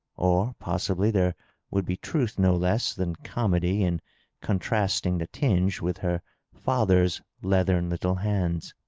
or passibly there would be truth no less than comedy in contrasting the tinge with her father's leathern little hands.